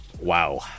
wow